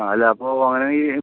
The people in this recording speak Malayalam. ആ അല്ല അപ്പോൾ അങ്ങനെയാണെങ്കിൽ